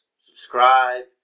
subscribe